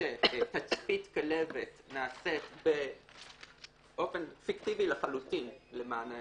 שתצפית כלבת נעשית באופן פיקטיבי לחלוטין למען האמת,